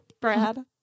Brad